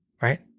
Right